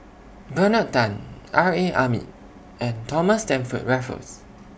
Bernard Tan R A Hamid and Thomas Stamford Raffles